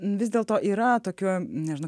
vis dėlto yra tokių nežinau